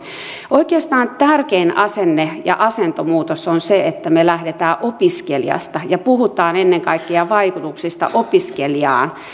oikeastaan tärkein asenne ja asentomuutos on se että me lähdemme opiskelijasta ja puhumme ennen kaikkea vaikutuksista opiskelijaan ja siitä